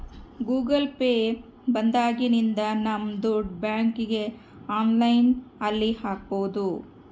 Google Pay ಬಂದಾಗಿನಿಂದ ನಮ್ ದುಡ್ಡು ಬ್ಯಾಂಕ್ಗೆ ಆನ್ಲೈನ್ ಅಲ್ಲಿ ಹಾಕ್ಬೋದು